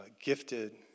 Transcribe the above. gifted